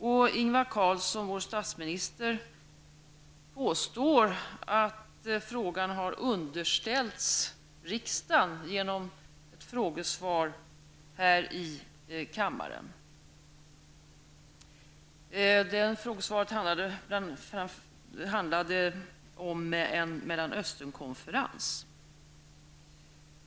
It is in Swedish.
Statsminister Ingvar Carlsson påstår att frågan underställts riksdagen genom ett frågesvar. Det frågesvaret handlade om en Mellanösternkonferens.